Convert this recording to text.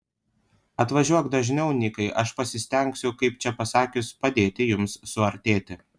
atvažiuok dažniau nikai aš pasistengsiu kaip čia pasakius padėti jums suartėti